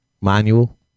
Manual